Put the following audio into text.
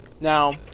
Now